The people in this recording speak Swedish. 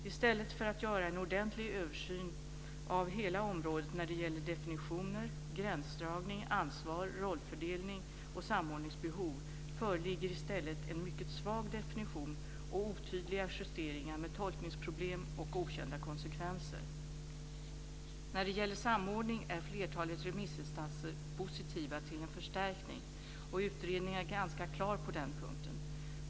I stället för att göra en ordentlig översyn av hela området när det gäller definitioner, gränsdragning, ansvar, rollfördelning och samordningsbehov föreligger en mycket svag definition och otydliga justeringar med tolkningsproblem och okända konsekvenser. När det gäller samordning är flertalet remissinstanser positiva till en förstärkning, och utredningen är ganska klar på den punkten.